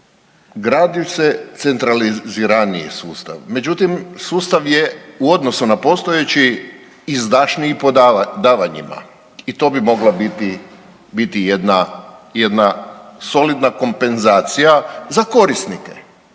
gradi se centraliziraniji sustav, međutim sustav je u odnosu na postojeći izdašniji po davanjima i to bi mogla biti, biti jedna, jedna solidna kompenzacija za korisnike